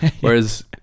Whereas